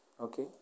Okay